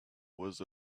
was